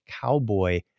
cowboy